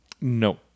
No